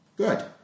Good